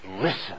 listen